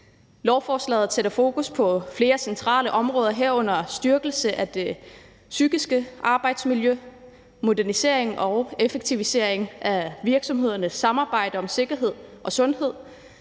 Lovforslaget sætter fokus på flere centrale områder, herunder en styrkelse af det psykiske arbejdsmiljø, en modernisering og effektivisering af virksomhedernes samarbejde om sikkerhed og sundhed,